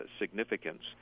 significance